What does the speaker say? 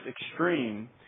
extreme